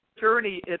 journey